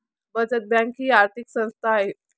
बचत बँक ही आर्थिक संस्था आहे